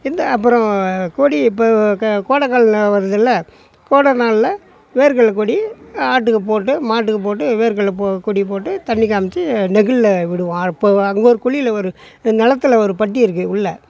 இந்தா அப்பறம் கொடி இப்போ க கோடை காலம்லா வருதுல்ல கோடை நாளில் வேர்க்கடல கொடி ஆட்டுக்குப் போட்டு மாட்டுக்குப் போட்டு வேர்க்கடல பொ கொடி போட்டு தண்ணி காம்ச்சு நெகிழ்ல விடுவோம் அப்போ அங்கே ஒரு குழியில ஒரு நிலத்துல ஒரு பட்டி இருக்குது உள்ளே